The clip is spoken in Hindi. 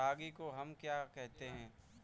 रागी को हम क्या कहते हैं?